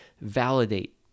validate